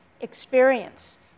experience